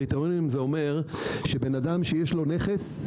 קריטריונים זה אומר שבן אדם שיש לו נכס,